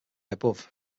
above